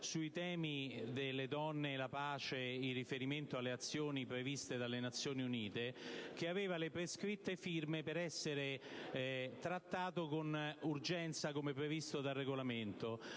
sui temi delle donne e della pace in riferimento alle azioni previste dalle Nazioni Unite, che aveva le firme necessarie per essere trattata con urgenza, come previsto dal Regolamento.